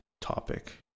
topic